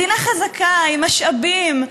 מדינה חזקה עם משאבים,